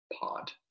Pod